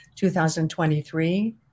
2023